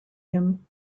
him